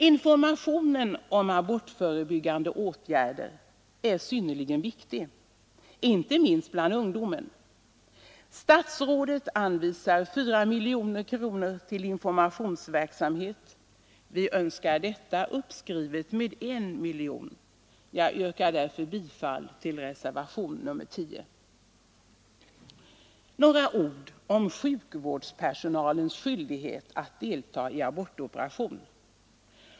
Informationen om abortförebyggande åtgärder är synnerligen viktig, inte minst bland ungdomen. Statsrådet anvisar 4 miljoner kronor till informationsverksamhet. Vi önskar detta uppskrivet med en miljon. Jag yrkar därför bifall till reservationen 10. Några ord om sjukvårdspersonalens skyldighet att delta i abortoperation.